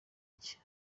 iki